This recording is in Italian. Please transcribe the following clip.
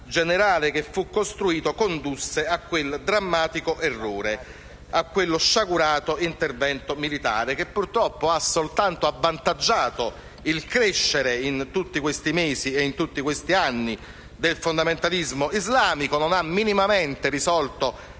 generale che condusse a quel drammatico errore, a quello sciagurato intervento militare che purtroppo ha soltanto avvantaggiato il crescere in tutti questi mesi e anni del fondamentalismo islamico e non ha minimamente risolto